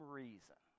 reason